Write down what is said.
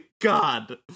god